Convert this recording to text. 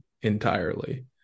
entirely